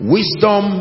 Wisdom